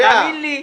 תאמין לי,